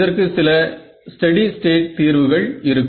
இதற்கு சில steady state தீர்வுகள் இருக்கும்